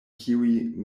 kiuj